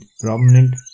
prominent